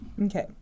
Okay